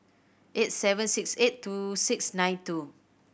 eight seven six eight two six nine two